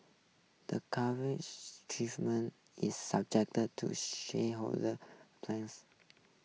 the is subject to shareholder